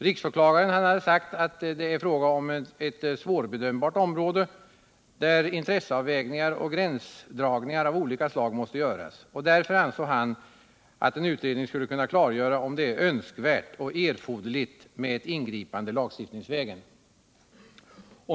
Riksåklagaren hade sagt att det är ett svårbedömt område, där intresseavvägningar och gränsdragningar av olika slag måste göras. Därför ansåg han att en utredning skulle kunna klargöra om det är önskvärt och erforderligt med ett ingripande lagstiftningsvägen.